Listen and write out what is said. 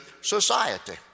society